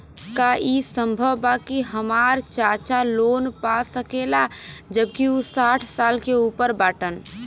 का ई संभव बा कि हमार चाचा लोन पा सकेला जबकि उ साठ साल से ऊपर बाटन?